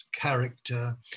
character